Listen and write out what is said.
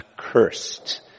accursed